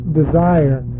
desire